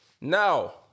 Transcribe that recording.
now